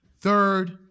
Third